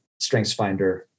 StrengthsFinder